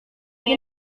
nie